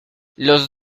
los